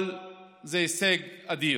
אבל זה הישג אדיר,